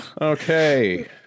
Okay